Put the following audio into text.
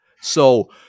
So-